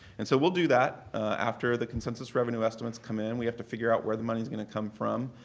and so we'll do that after the consensus revenue estimates come in. we have to figure out where the money is going to come from.